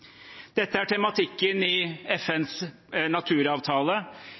Dette er tematikken i FNs naturavtale,